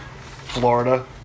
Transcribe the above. Florida